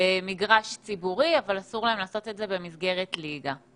במגרש ציבורי אבל אסור להם לעשות את זה במסגרת ליגה.